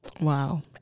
Wow